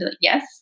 Yes